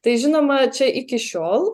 tai žinoma čia iki šiol